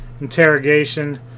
interrogation